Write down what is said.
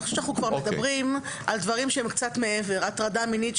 אני חושבת שאנחנו כבר מדברים על דברים שהם מעבר הטרדה מינית,